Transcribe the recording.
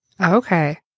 Okay